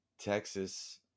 Texas –